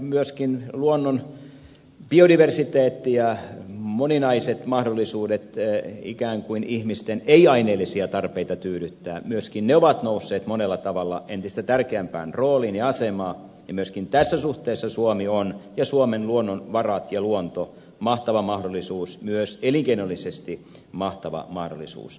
myöskin luonnon biodiversiteetti ja moninaiset mahdollisuudet tyydyttää ihmisten ikään kuin ei aineellisia tarpeita ovat nousseet monella tavalla entistä tärkeämpään rooliin ja asemaan ja myöskin tässä suhteessa suomi ja suomen luonnonvarat ja luonto ovat mahtava mahdollisuus myös elinkeinollisesti mahtava mahdollisuus